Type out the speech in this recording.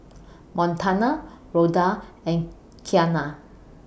Montana Rhoda and Qiana